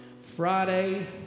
Friday